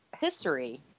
history